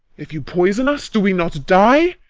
if you poison us, do we not die?